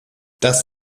das